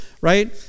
right